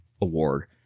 award